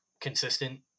consistent